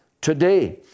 today